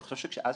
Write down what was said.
אז כשדיברנו,